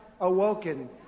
awoken